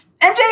MJ